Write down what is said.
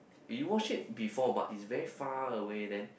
you watch before but it's very far away then